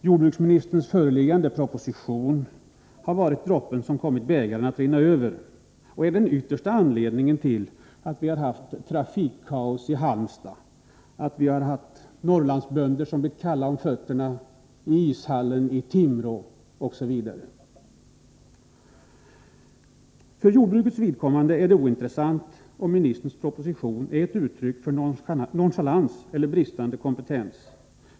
Jordbruksministerns föreliggande proposition har varit droppen som kommit bägaren att rinna över och är den yttersta anledningen till att det blivit trafikkaos på Halmstads gator, liksom till att Norrlandsbönder fått kalla fötter i Timrå ishall. För jordbrukets vidkommande är det ointressant om ministerns proposition är ett uttryck för nonchalans eller bristande kompetens.